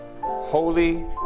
Holy